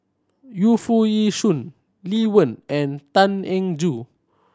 Yu Foo Yee Shoon Lee Wen and Tan Eng Joo